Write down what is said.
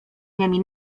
niemi